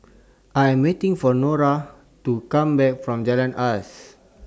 I'm waiting For Norah to Come Back from Jalan Asas